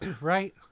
right